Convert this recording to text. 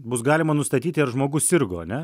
bus galima nustatyti ar žmogus sirgo ane